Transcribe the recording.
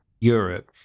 Europe